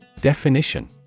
Definition